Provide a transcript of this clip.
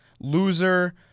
loser